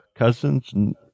Cousins